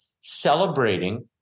celebrating